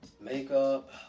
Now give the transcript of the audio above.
makeup